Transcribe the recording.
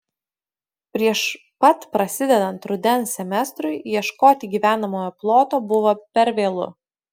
prieš pat prasidedant rudens semestrui ieškoti gyvenamojo ploto buvo per vėlu